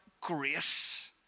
grace